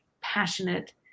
passionate